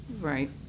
Right